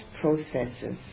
processes